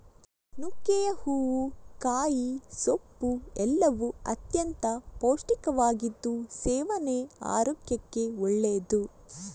ನುಗ್ಗೆಯ ಹೂವು, ಕಾಯಿ, ಸೊಪ್ಪು ಎಲ್ಲವೂ ಅತ್ಯಂತ ಪೌಷ್ಟಿಕವಾಗಿದ್ದು ಸೇವನೆ ಆರೋಗ್ಯಕ್ಕೆ ಒಳ್ಳೆದ್ದು